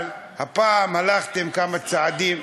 אבל הפעם הלכתם כמה צעדים,